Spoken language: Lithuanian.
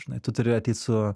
žinai tu turi ateit su